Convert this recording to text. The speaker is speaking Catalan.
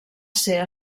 ser